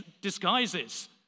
disguises